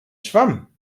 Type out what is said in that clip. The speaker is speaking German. schwamm